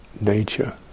nature